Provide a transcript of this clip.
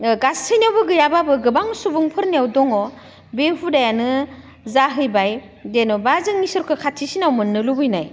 गासिनाबो गैयाब्लाबो गोबां सुबुंफोरनियाव दङ बे हुदायानो जाहैबाय जेन'बा जों इसोरखो खाथिसिनाव मोननो लुबैनाय